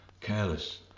careless